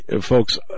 folks